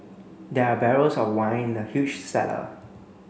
there are barrels of wine in the huge cellar